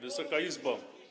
Wysoka Izbo!